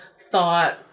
thought